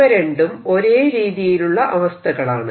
ഇവ രണ്ടും ഒരേ രീതിയിലുള്ള അവസ്ഥകളാണ്